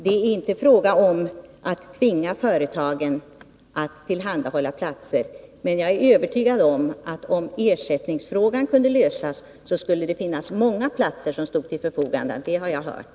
Det är inte fråga om att tvinga företagen att tillhandahålla platser, men jag är övertygad om att om ersättningsfrågan kunde lösas skulle många platser stå till förfogande — det har jag hört.